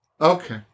Okay